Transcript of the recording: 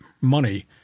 money